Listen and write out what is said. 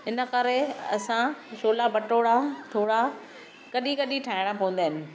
इन करे असां शोला बटोड़ा थोड़ा कॾहिं कॾहिं ठाहिणा पवंदा आहिनि